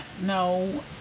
no